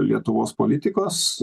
lietuvos politikos